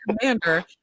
Commander